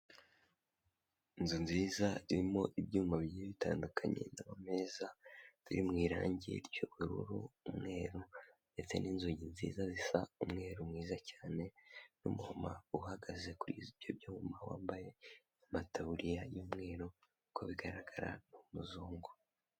Inzu nziza irimo ibyuma bigiye bitandukanye n'ameza ari mu irangi ry'ubururu, umweru ndetse n'inzugi nziza zisa umweru mwiza cyane n'umumama uhagaze kuri ibyo byuma wambaye mataburiya y'umweru, kubigaragara ni umuzungu.